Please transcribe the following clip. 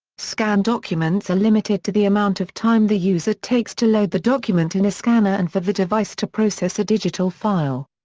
scanned documents are limited to the amount of time the user takes to load the document in a scanner and for the device to process a digital file.